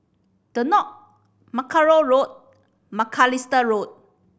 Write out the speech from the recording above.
the Knoll Mackerrow Road Macalister Road